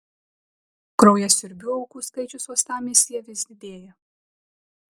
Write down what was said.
kraujasiurbių aukų skaičius uostamiestyje vis didėja